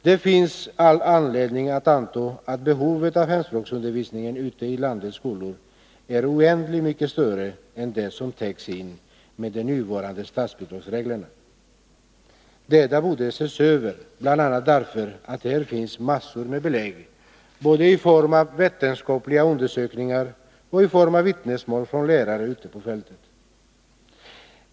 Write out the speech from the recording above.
Det finns all anledning att anta att behovet av hemspråksundervisningen ute i landets skolor är oändligt mycket större än det som täcks in med de nuvarande statsbidragsreglerna. Detta borde ses över, bl.a. därför att här finns massor med belägg, både i form av vetenskapliga undersökningar och i form av vittnesmål från lärare ute på fältet.